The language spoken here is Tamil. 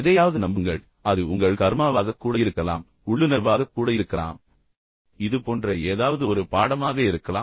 எதையாவது நம்புங்கள் அது உங்கள் கர்மாவாக கூட இருக்கலாம் எனவே அது உங்கள் உள்ளுணர்வாக கூட இருக்கலாம் என்று அவர் கூறுகிறார் இது போன்ற ஏதாவது ஒரு பாடமாக இருக்கலாம்